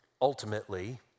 ultimately